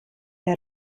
der